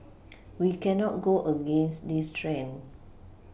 we cannot go against this trend